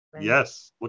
Yes